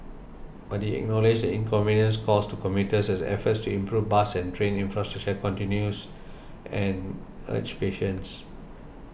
but he acknowledged the inconvenience caused to commuters as efforts to improve bus and train infrastructure continue and urged patience